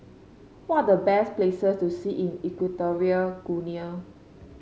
what are the best places to see in Equatorial Guinea